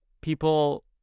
people